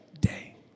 day